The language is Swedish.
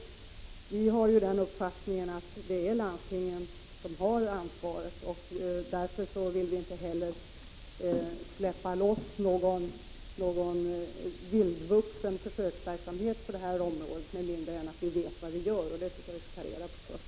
Vi har från utskottsmajoritetens sida den uppfattningen att det är landstingen som har ansvaret, och därför vill vi inte heller släppa loss någon vildvuxen försöksverksamhet på detta område, med mindre än att vi vet vad vi gör. Det bör vi ta reda på först.